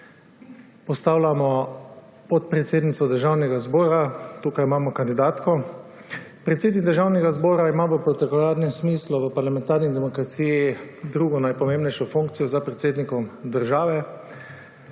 postavljamo podpredsednico Državnega zbora, tukaj imamo kandidatko. Predsednik Državnega zbora ima v protokolarnem smislu v parlamentarni demokraciji drugo najpomembnejšo funkcijo, za predsednikom države,